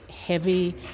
heavy